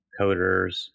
coders